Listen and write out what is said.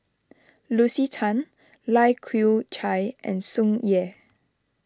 Lucy Tan Lai Kew Chai and Tsung Yeh